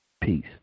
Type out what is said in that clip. Peace